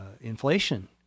inflation